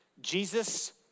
Jesus